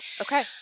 Okay